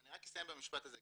אז רק אסיים במשפט הזה.